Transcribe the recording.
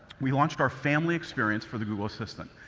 we launched our family experience for the google assistant.